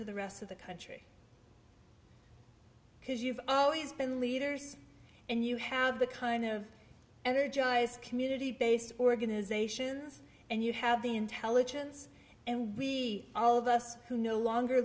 to the rest of the country because you've always been leaders and you have the kind of energized community based organizations and you have the intelligence and we all of us who no longer